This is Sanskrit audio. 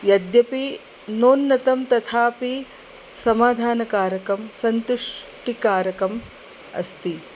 यद्यपि नोन्नतं तथापि समाधानकारकं सन्तुष्टिकारकम् अस्ति